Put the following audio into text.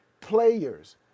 players